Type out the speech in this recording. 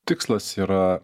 tikslas yra